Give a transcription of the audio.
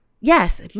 Yes